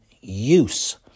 use